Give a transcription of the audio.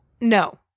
No